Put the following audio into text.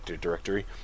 directory